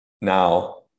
Now